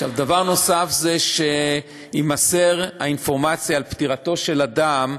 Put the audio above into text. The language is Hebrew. דבר נוסף זה שתימסר האינפורמציה על פטירתו של אדם,